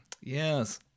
yes